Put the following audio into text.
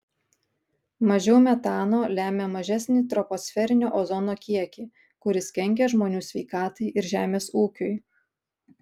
mažiau metano lemia mažesnį troposferinio ozono kiekį kuris kenkia žmonių sveikatai ir žemės ūkiui